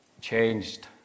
changed